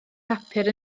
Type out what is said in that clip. papur